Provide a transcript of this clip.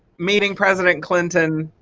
meeting president clinton,